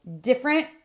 different